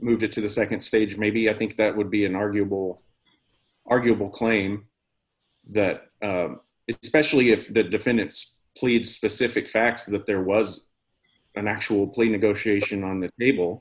moved it to the nd stage maybe i think that would be an arguable arguable claim that it specially if the defendants plead specific facts that there was an actual plea negotiation on the table